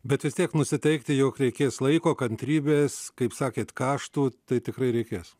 bet vis tiek nusiteikti jog reikės laiko kantrybės kaip sakėt kaštų tai tikrai reikės